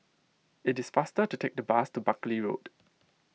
it is faster to take the bus to Buckley Road